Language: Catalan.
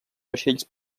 vaixells